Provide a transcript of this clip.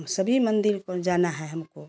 सभी मंदिर पर जाना है हमको